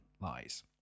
lies